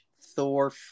Thor